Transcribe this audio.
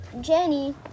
jenny